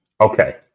Okay